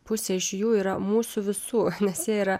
pusė iš jų yra mūsų visų nes jie yra